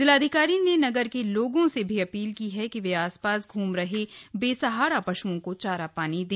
जिलाधिकारी ने नगर के लोगों से भी अपील की है कि वे आसपाल घूम रहे बेसहारा पश्ओं को चारा पानी आदि दे